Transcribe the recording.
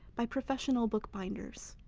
by professional bookbinders.